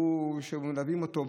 שמלווים אותו,